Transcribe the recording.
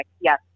yes